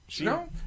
No